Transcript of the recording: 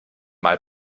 mal